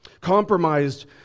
compromised